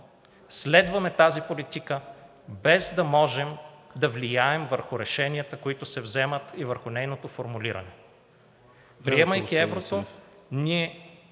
следваме тази политика, без да можем да влияем върху решенията, които се вземат върху нейното формулиране. Приемайки еврото, ние